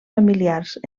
familiars